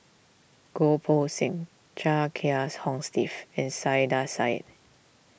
Goh Poh Seng Chia Kiah's Hong Steve and Saiedah Said